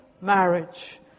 marriage